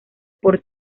por